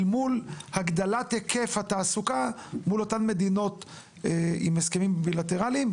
אל מול הגדלת היקף התעסוקה מול אותן מדינות עם הסכמים בילטרליים,